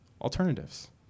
alternatives